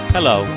Hello